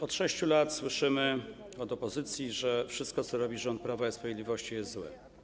Od 6 lat słyszymy od opozycji, że wszystko, co robi rząd Prawa i Sprawiedliwości, jest złe.